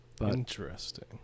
Interesting